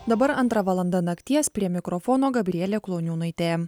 dabar antra valanda nakties prie mikrofono gabrielė kloniūnaitė